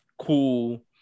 cool